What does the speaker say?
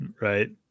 right